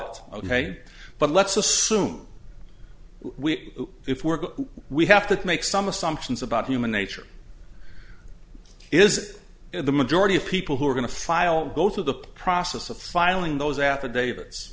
ok but let's assume if work we have to make some assumptions about human nature is the majority of people who are going to file go through the process of filing those affidavi